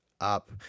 up